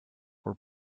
were